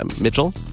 Mitchell